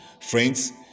Friends